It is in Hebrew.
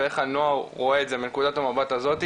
ואיך הנוער רואה את זה מנקודת המבט שלו.